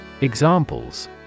Examples